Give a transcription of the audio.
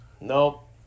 Nope